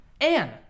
Anne